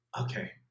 Okay